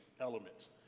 elements